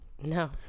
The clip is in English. No